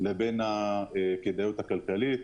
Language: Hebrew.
לבין הכדאיות הכלכלית.